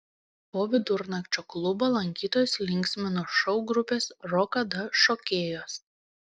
po vidurnakčio klubo lankytojus linksmino šou grupės rokada šokėjos